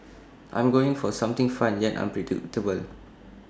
I'm going for something fun yet unpredictable